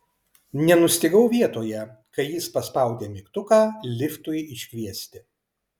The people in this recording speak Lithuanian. nenustygau vietoje kai jis paspaudė mygtuką liftui iškviesti